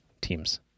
teams